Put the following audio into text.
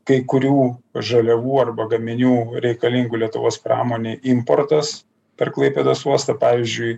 kai kurių žaliavų arba gaminių reikalingų lietuvos pramonėj importas per klaipėdos uostą pavyzdžiui